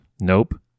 nope